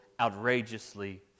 outrageously